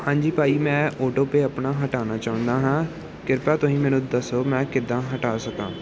ਹਾਂਜੀ ਭਾਅ ਜੀ ਮੈਂ ਓਟੋਪੇਅ ਆਪਣਾ ਹਟਾਉਣਾ ਚਾਹੁੰਦਾ ਹਾਂ ਕਿਰਪਾ ਤੁਸੀਂ ਮੈਨੂੰ ਦੱਸੋ ਮੈਂ ਕਿੱਦਾਂ ਹਟਾ ਸਕਾਂ